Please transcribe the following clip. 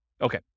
okay